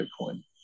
Bitcoin